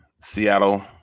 Seattle